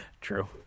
True